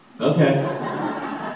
Okay